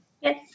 Yes